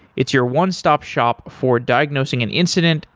it's your one stop shop for diagnosing an incident,